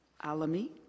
Alami